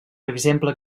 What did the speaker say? exemple